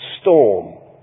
storm